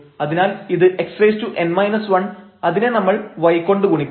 അതിനാൽ ഇത് xn 1 അതിനെ നമ്മൾ y കൊണ്ട് ഗുണിക്കുന്നു